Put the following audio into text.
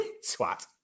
swat